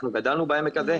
אנחנו גדלנו בעמק הזה,